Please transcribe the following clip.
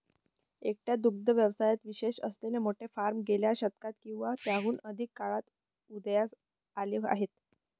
एकट्या दुग्ध व्यवसायात विशेष असलेले मोठे फार्म गेल्या शतकात किंवा त्याहून अधिक काळात उदयास आले आहेत